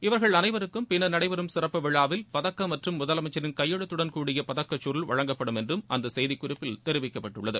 இவர்கள் அனைவருக்கும் பின்னா் நடைபெறும் சிறப்பு விழாவில் பதக்கம் மற்றும் முதலமைச்சரின் கையொழுத்துடன்கூடிய பதக்கச்சுருல் வழங்கப்படும் என்றும் செய்திக்குறிப்பில் தெரிவிக்கப்பட்டுள்ளது